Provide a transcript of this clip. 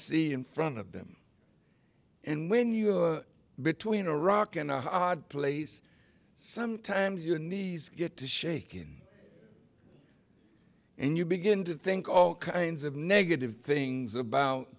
ritzy in front of them and when you're between a rock and a hard place sometimes your knees get to shake in and you begin to think all kinds of negative things about